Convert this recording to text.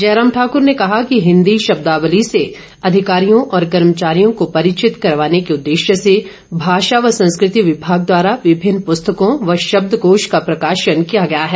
जयराम ठाकुर ने कहा कि हिंदी शब्दावली से अधिकारियों और कर्मचारियों को परिचित करवाने के उददेश्य से भाषा व संस्कृति विभाग द्वारा विभिन्न प्रस्तकों व शब्द कोष का प्रकाशन किया गया है